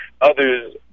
others